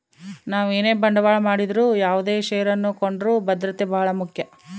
ನಾವು ಏನೇ ಬಂಡವಾಳ ಮಾಡಿದರು ಯಾವುದೇ ಷೇರನ್ನು ಕೊಂಡರೂ ಭದ್ರತೆ ಬಹಳ ಮುಖ್ಯ